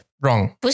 wrong